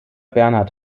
bernhard